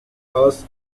hers